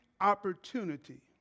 opportunity